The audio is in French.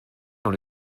dans